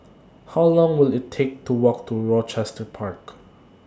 How Long Will IT Take to Walk to Rochester Park